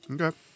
Okay